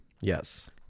Yes